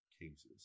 cases